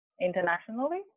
internationally